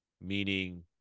Meaning